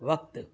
वक़्ति